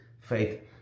faith